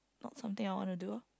not something I wanna do